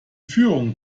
führung